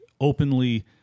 openly